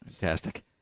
Fantastic